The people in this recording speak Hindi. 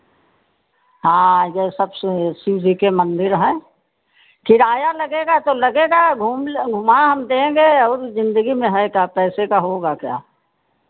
हाँ ये सब शिव जी के मन्दिर हैं किराया लगेगा तो लगेगा घूम घुमा हम देंगे और ज़िंदगी में है का पैसे का होगा क्या